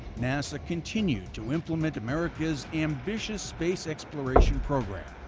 nasa continued to implement america's ambitious space exploration program,